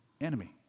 enemy